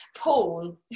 Paul